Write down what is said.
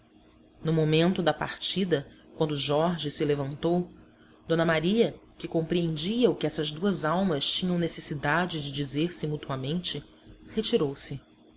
no momento da partida quando jorge se levantou d maria que compreendia o que essas duas almas tinham necessidade de dizer-se mutuamente retirou-se